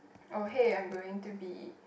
oh hey I'm going to be